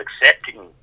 accepting